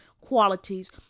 qualities